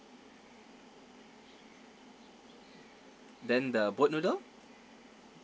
then the boat noodle